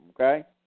okay